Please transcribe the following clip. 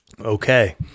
Okay